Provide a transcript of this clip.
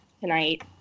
tonight